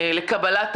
לקבלה,